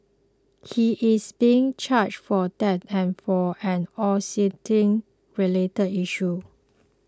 he is being charged for that and for an obscenity related issue